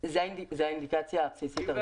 זו האינדיקציה הבסיסית הראשונה.